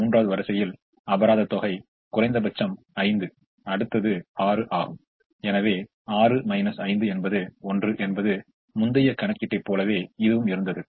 மூன்றாவது வரிசையில் அபராத தொகை குறைந்தபட்சம் 5 அடுத்தது 6 ஆகும் எனவே 6 5 என்பது 1 என்பது முந்தைய கணக்கீட்டைப் போலவே இதுவும் இருந்தது